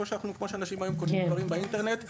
כמו שאנשים קונים היום דברים באינטרנט,